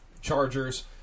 Chargers